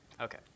Okay